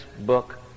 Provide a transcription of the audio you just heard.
book